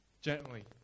gently